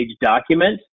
document